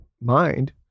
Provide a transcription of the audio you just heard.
mind